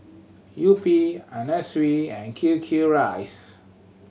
Yupi Anna Sui and Q Q Rice